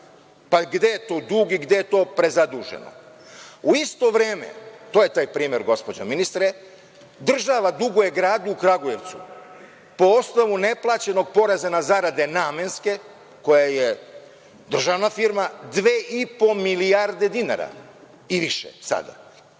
Pa gde je tu dug i gde je to prezaduženo?U isto vreme, to je taj primer, gospođo ministre, država duguje gradu Kragujevcu, po osnovu neplaćenog poreza na zarade Namenske, koje je državna firma, dve i po milijarde dinara i više sada.